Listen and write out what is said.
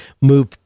move